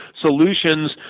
solutions